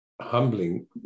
Humbling